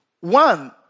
One